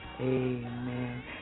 Amen